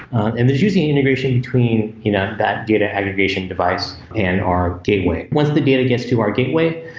and there's usually integration between you know that data aggregation device and our gateway. once the data gets to our gateway,